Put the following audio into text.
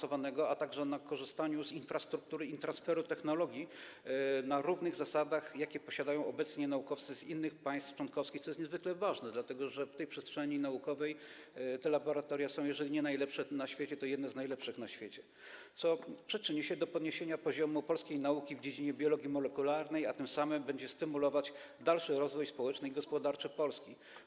Pozwoli to im korzystać z infrastruktury i transferu technologii na równych zasadach, jakie posiadają obecnie naukowcy z innych państw członkowskich - co jest niezwykle ważne, dlatego że w tej przestrzeni naukowej te laboratoria są, jeżeli nie najlepsze na świecie, to jednymi z najlepszych na świecie - co przyczyni się do podniesienia poziomu polskiej nauki w dziedzinie biologii molekularnej, a tym samym będzie stymulować dalszy rozwój społeczny i gospodarczy Polski.